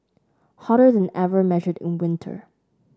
hotter than ever measured in winter